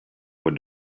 what